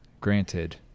Granted